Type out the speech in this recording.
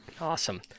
Awesome